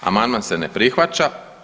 Amandman se ne prihvaća.